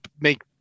make